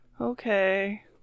okay